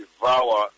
devour